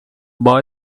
boy